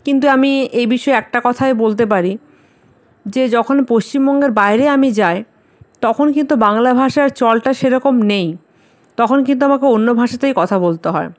কিন্তু আমি এই বিষয়ে একটা কথায় বলতে পারি যে যখন পশ্চিমবঙ্গের বাইরে আমি যাই তখন কিন্তু বাংলা ভাষার চলটা সে রকম নেই তখন কিন্তু আমাকে অন্য ভাষাতেই কথা বলতে হয়